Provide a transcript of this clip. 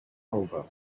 over